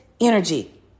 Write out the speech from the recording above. energy